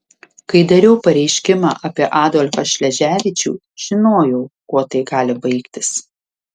kai dariau pareiškimą apie adolfą šleževičių žinojau kuo tai gali baigtis